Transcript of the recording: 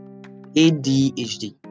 ADHD